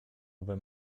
owe